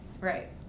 Right